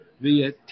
via